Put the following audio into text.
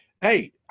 hey